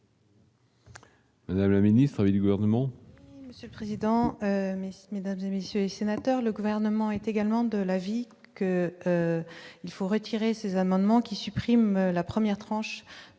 Madame la ministre, l'avis du gouvernement.